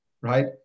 right